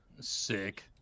sick